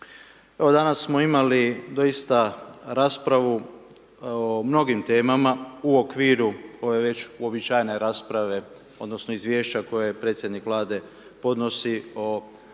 danas smo imali doista raspravu o mnogim temama u okviru ove već uobičajene rasprave odnosno Izvješća koje predsjednik Vlade podnosi o